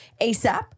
ASAP